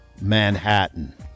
Manhattan